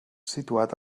situat